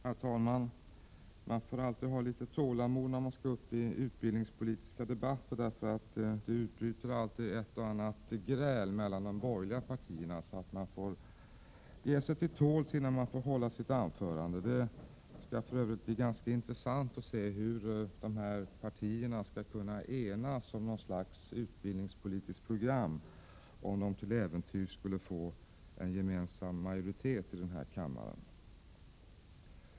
Herr talman! Man får alltid ha litet tålamod när man skall delta i utbildningspolitiska debatter. Det utbryter ju alltid ett eller annat gräl mellan de borgerliga partierna. Man får därför ge sig till tåls innan man får hålla sitt anförande. Det skall för övrigt bli ganska intressant att se hur dessa partier skall kunna enas om något slags utbildningspolitiskt program om de till äventyrs skulle få gemensam majoritet i den här kammaren.